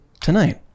tonight